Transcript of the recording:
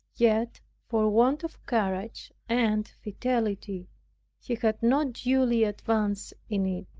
yet for want of courage and fidelity he had not duly advanced in it.